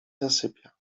zasypia